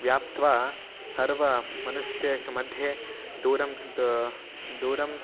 व्याप्य सर्वमनुष्येषु मध्ये दूरं द् दूरं